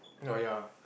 oh ya